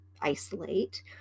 isolate